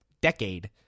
decade